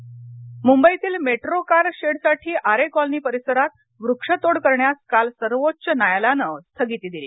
आरे मुंबईतील metro car शेडसाठी Aarey colony परिसरात वृक्षतोड करण्यास काल अखेर सर्वोच्च न्यायालयानं स्थगिती दिली